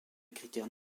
critères